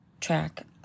track